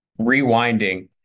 rewinding